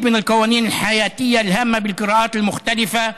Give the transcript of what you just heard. מספר רב של חוקים חשובים בקריאות השונות.